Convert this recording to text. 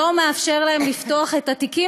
לא מאפשר להם לפתוח את התיקים,